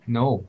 No